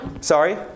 Sorry